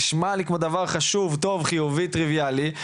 נשמע כמו דבר חשוב, טוב, חיובי, טריוויאלי.